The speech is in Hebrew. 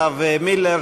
הרב מילר,